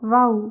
wow